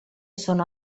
sono